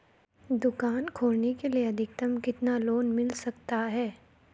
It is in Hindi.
दुकान खोलने के लिए अधिकतम कितना लोन मिल सकता है?